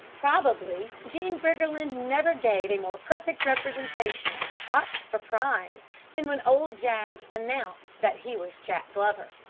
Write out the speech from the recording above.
probably jean briggerland never gave a more perfect representation of shocked surprise than when old jaggs announced that he was jack glover.